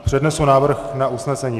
Přednesu návrh na usnesení.